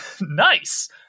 Nice